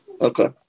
Okay